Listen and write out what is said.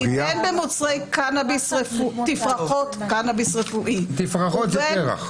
בין במוצרי תפרחות קנביס רפואי -- תפרחות זה פרח.